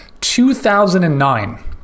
2009